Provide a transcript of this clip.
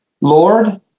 Lord